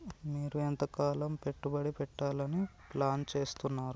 మీరు ఎంతకాలం పెట్టుబడి పెట్టాలని ప్లాన్ చేస్తున్నారు?